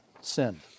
sinned